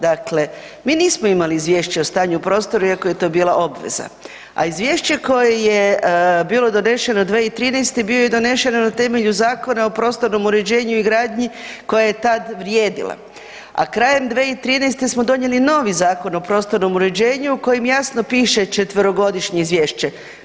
Dakle, mi nismo imali izvješće o stanju u prostoru iako je to bila obveza, a izvješće koje je bilo donešeno 2013., bio je donesen na temelju Zakona o prostornom uređenju i gradnji koja je tad vrijedila, a krajem 2013.smo donijeli novi Zakon o prostornom uređenju u kojem jasno piše četverogodišnje izvješće.